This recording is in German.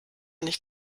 nicht